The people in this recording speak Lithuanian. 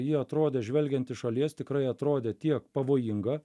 ji atrodė žvelgiant iš šalies tikrai atrodė tiek pavojinga